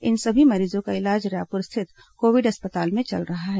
इन सभी मरीजों का इलाज रायपुर स्थित कोविड अस्पताल में चल रहा है